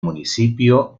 municipio